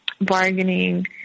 bargaining